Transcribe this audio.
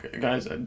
Guys